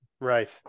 Right